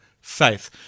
faith